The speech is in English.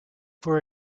for